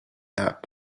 that